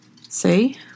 See